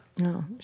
no